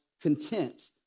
content